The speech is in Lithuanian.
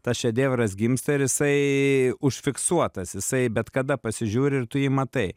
tas šedevras gimsta ir jisai užfiksuotas jisai bet kada pasižiūri ir tu jį matai